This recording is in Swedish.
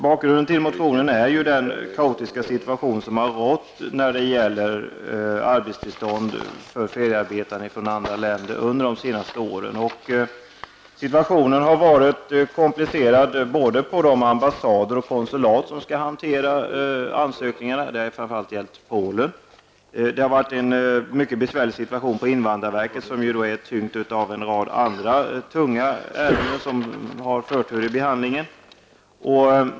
Bakgrunden till motionen är den kaotiska situation som rått under de senaste åren när det gäller arbetstillstånd för feriearbetande från andra länder. Situationen har varit komplicerad både på de ambassader och på de konsulat som skall hantera ansökningarna. Detta har framför allt gällt Polen. Invandrarverket har haft en mycket besvärlig situation och varit tyngt av en rad andra tunga ärenden, som har förtur i behandlingen.